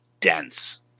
dense